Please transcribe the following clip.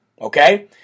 Okay